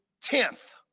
tenth